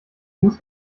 musst